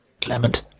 Clement